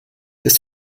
ist